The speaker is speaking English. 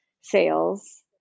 sales